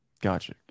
Gotcha